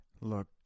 Look